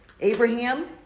Abraham